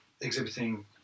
exhibiting